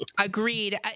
Agreed